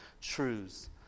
truths